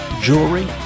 jewelry